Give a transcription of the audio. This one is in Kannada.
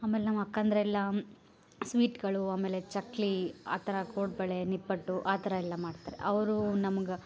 ಆಮೇಲೆ ನಮ್ಮ ಅಕ್ಕಂದರೆಲ್ಲ ಸ್ವೀಟ್ಗಳು ಆಮೇಲೆ ಚಕ್ಲಿ ಆ ಥರ ಕೋಡ್ಬಳೆ ನಿಪ್ಪಟ್ಟು ಆ ಥರಯೆಲ್ಲ ಮಾಡ್ತಾರೆ ಅವರು ನಮ್ಗ